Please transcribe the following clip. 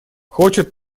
хочет